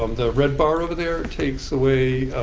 um the red bar over there, takes away